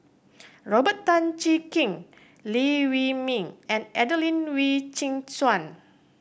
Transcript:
Robert Tan Jee Keng Liew Wee Mee and Adelene Wee Chin Suan